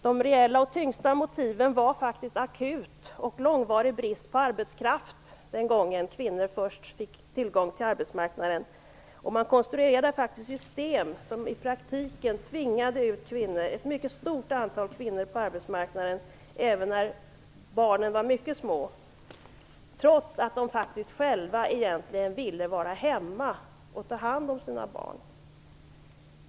De reella och tyngsta motiven var faktiskt akut och långvarig brist på arbetskraft den gången kvinnor först fick tillgång till arbetsmarknaden. Man konstruerade faktiskt system som i praktiken tvingade ut ett mycket stort antal kvinnor på arbetsmarknaden, även när deras barn var mycket små, trots att kvinnorna själva egentligen ville vara hemma och ta hand om sina barn.